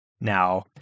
Now